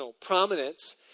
prominence